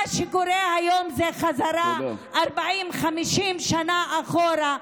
מה שקורה היום זה חזרה 40, 50 שנה אחורה,